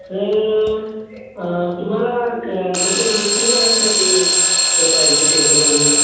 तर तुम्हाला क कसं म्हणजे कितीजणांसाठी हे पाहिजे टेबल वगैरे